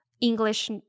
English